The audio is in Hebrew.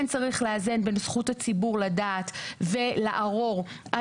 צריך לאזן בין זכות הציבור לדעת ולערור על